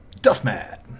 Duffman